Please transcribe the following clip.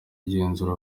igenzura